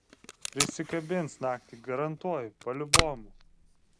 prisikabins naktį garantuoju paliubomu